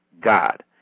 God